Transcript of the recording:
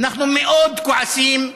אנחנו מאוד כועסים,